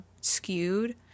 skewed